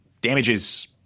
damages